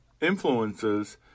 influences